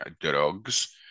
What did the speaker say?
drugs